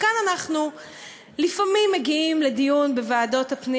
וכאן אנחנו לפעמים מגיעים לדיון בוועדת הפנים